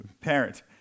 parent